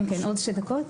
כן, עוד שתי דקות.